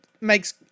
makes